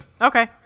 Okay